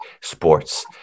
sports